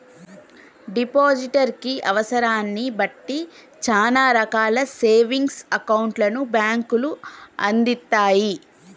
depositor కి అవసరాన్ని బట్టి చానా రకాల సేవింగ్స్ అకౌంట్లను బ్యేంకులు అందిత్తయ్